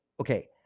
okay